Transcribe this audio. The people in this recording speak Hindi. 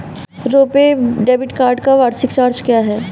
रुपे डेबिट कार्ड का वार्षिक चार्ज क्या है?